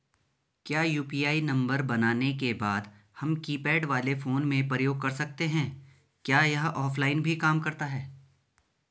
क्या UPI number बनाने के बाद हम कीपैड वाले फोन में प्रयोग कर सकते हैं क्या यह ऑफ़लाइन भी काम करता है?